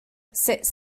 sits